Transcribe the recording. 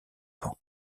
camps